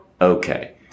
Okay